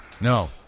No